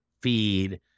feed